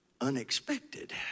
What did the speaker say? unexpected